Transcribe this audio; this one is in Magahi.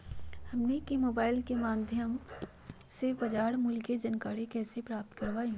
हमनी के मोबाइल के माध्यम से बाजार मूल्य के जानकारी कैसे प्राप्त करवाई?